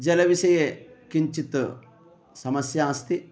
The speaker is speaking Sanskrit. जलविषये किञ्चित् समस्या अस्ति